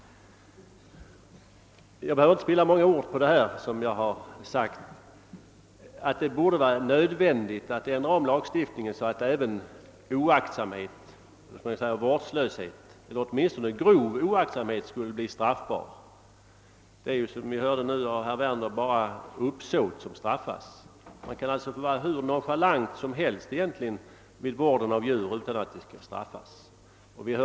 Jag behöver inte spilla många ord på detta. Såsom vi har sagt i motionen borde det vara nödvändigt att ändra lagstiftningen så, att även oaktsamhet, d.v.s. vårdslöshet, eller åtminstone grov oaktsamhet skulle bli straffbar. Nu är det, som vi hörde av herr Werner, bara uppsåt som straffas. Man kan alltså vara hur nonchalant som helst vid vården av djur utan att bli straffad.